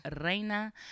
Reina